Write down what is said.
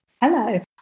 Hello